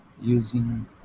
using